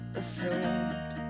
assumed